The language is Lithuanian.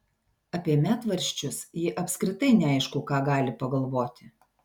apie medvaržčius ji apskritai neaišku ką gali pagalvoti